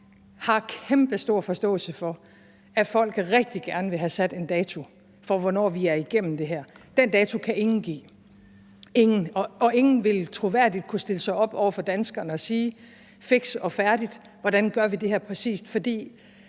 har kæmpe stor forståelse for, at folk rigtig gerne vil have sat en dato for, hvornår vi er igennem det her. Den dato kan ingen give – ingen! – og ingen ville troværdigt kunne stille sig op over for danskerne og sige fiks og færdigt, hvordan vi gør det her præcist. For